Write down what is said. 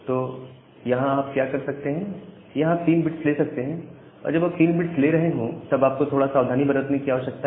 तो यहां आप क्या कर सकते हैं यहां आप 3 बिट्स ले सकते हैं और जब आप 3 बिट्स ले रहे हो तब आपको थोड़ा सावधानी बरतने की आवश्यकता है